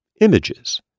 images